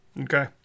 Okay